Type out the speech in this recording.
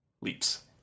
leaps